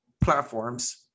platforms